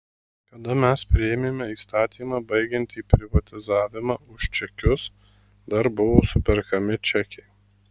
kada mes priėmėme įstatymą baigiantį privatizavimą už čekius dar buvo superkami čekiai